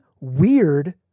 weird